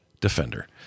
Defender